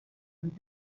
and